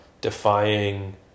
defying